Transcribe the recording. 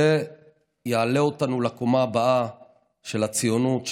זה יעלה אותנו לקומה הבאה של הציונות,